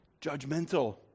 Judgmental